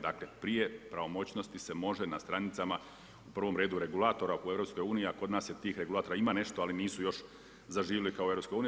Dakle, prije pravomoćnosti se može na stranicama u prvom redu regulatora u EU, a kod nas tih regulatora ima nešto, ali nisu još zaživjeli kao u EU.